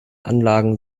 anlagen